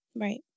Right